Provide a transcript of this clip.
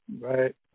Right